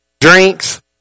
drinks